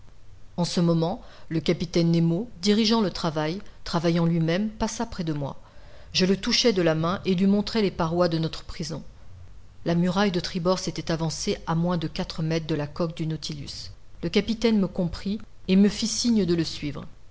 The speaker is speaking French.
en ce moment le capitaine nemo dirigeant le travail travaillant lui-même passa près de moi je le touchai de la main et lui montrai les parois de notre prison la muraille de tribord s'était avancée à moins de quatre mètres de la coque du nautilus le capitaine me comprit et me fit signe de le suivre